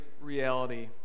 reality